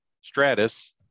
stratus